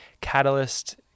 catalyst